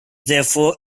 therefore